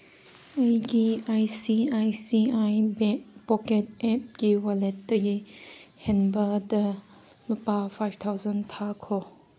ꯑꯩꯒꯤ I C I C I pocket ꯑꯦꯞꯀꯤ ꯋꯥꯂꯦꯠꯇꯒꯤ ꯍꯔꯟꯕꯗ ꯂꯨꯄꯥ ꯐꯥꯏꯚ ꯊꯥꯎꯖꯟ ꯊꯥꯈꯣ